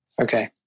Okay